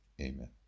Amen